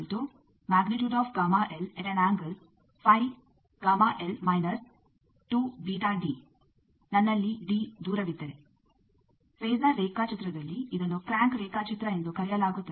phasor ರೇಖಾಚಿತ್ರದಲ್ಲಿ ಇದನ್ನು crank ರೇಖಾಚಿತ್ರ ಎಂದು ಕರೆಯಲಾಗುತ್ತದೆ